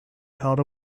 held